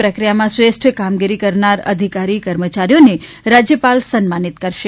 પ્રક્રિયામાં શ્રેષ્ઠ કામગીરી કરનાર અધિકારી કર્મચારીઓને રાજ્યપાલ સન્માનિત કરશે